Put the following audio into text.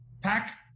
pack